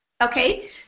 Okay